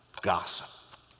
gossip